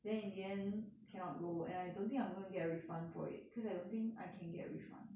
then in the end cannot go and I don't think I'm going to get a refund for it cause I don't think I can get a refund